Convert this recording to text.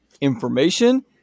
information